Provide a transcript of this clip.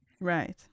right